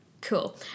Cool